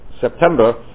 September